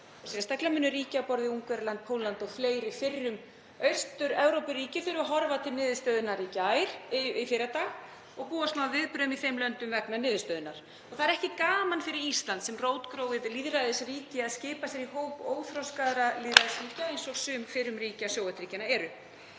Sérstaklega munu ríki á borð við Ungverjaland, Pólland og fleiri fyrrum Austur-Evrópuríki þurfa að horfa til niðurstöðunnar í fyrradag og búast má við viðbrögðum í þeim löndum vegna niðurstöðunnar. Það er ekki gaman fyrir Ísland sem rótgróið lýðræðisríki að skipa sér í hóp óþroskaðra lýðræðisríkja eins og sum fyrrum ríki Sovétríkjanna eru.